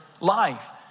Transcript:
life